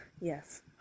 Yes